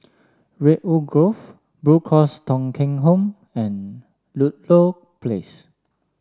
Redwood Grove Blue Cross Thong Kheng Home and Ludlow Place